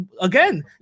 again